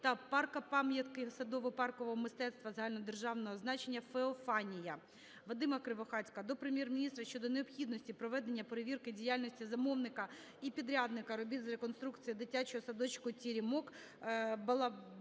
та парка-пам'ятки садово-паркового мистецтва загальнодержавного значення "Феофанія". Вадима Кривохатька до Прем'єр-міністра щодо необхідності проведення перевірки діяльності замовника і підрядника робіт з реконструкції дитячого садочку "Теремок"